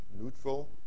neutral